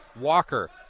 Walker